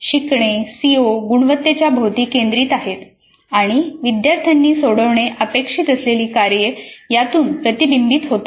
शिकणे सीओ गुणवत्तेच्या भोवती केंद्रित आहे आणि विद्यार्थ्यांनी सोडवणे अपेक्षित असलेली कार्ये यातून प्रतिबिंबित होतात